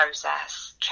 process